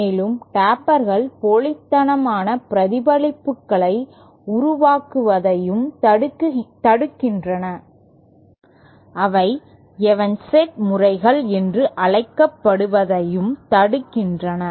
மேலும் டேப்பர்கள் போலித்தனமான பிரதிபலிப்புகளை உருவாக்குவதையும் தடுக்கின்றன அவை எவன்சென்ட் முறைகள் என்று அழைக்கப்படுவதையும் தடுக்கின்றன